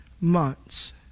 months